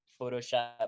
photoshop